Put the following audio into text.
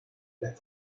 las